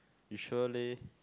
you sure leh